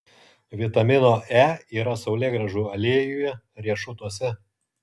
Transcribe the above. vitamino e yra saulėgrąžų aliejuje riešutuose